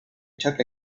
took